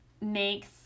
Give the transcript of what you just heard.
makes